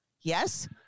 yes